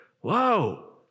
whoa